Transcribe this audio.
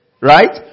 Right